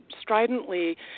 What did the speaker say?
stridently